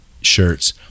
shirts